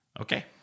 Okay